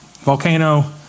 volcano